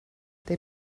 they